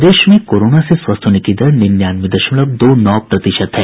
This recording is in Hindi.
प्रदेश में कोरोना से स्वस्थ होने की दर निन्यानवे दशमलव दो नौ प्रतिशत है